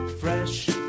Fresh